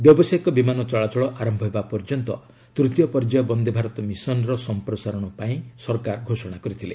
ବ୍ୟବସାୟୀକ ବିମାନ ଚଳାଚଳ ଆରମ୍ଭ ହେବା ପର୍ଯ୍ୟନ୍ତ ତୂତୀୟ ପର୍ଯ୍ୟାୟ ବନ୍ଦେ ଭାରତ ମିଶନ୍ର ସମ୍ପ୍ରସାରଣ ପାଇଁ ସରକାର ଘୋଷଣା କରିଥିଲେ